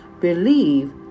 believe